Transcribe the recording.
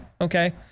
Okay